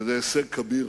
וזה הישג כביר.